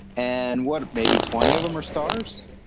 and what maybe twenty of them are stars?